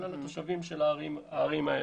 כולל התושבים של הערים האלה.